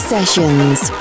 Sessions